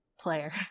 player